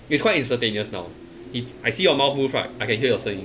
it's quite instantaneous now if I see your mouth move right I can hear your 声音 that's right err